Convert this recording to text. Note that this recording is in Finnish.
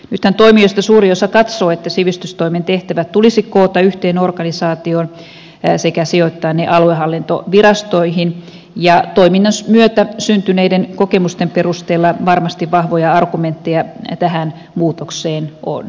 nythän toimijoista suuri osa katsoo että sivistystoimen tehtävät tulisi koota yhteen organisaatioon sekä sijoittaa ne aluehallintovirastoihin ja toiminnan myötä syntyneiden kokemusten perusteella varmasti vahvoja argumentteja tähän muutokseen on